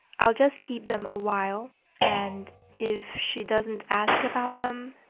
i'll just keep them awhile and if she doesn't ask about them,